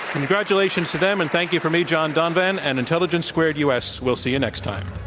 congratulations to them, and thank you from me, john donovan and intelligence squared u. s. we'll see you next time.